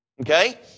Okay